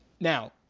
Now